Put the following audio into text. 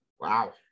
Wow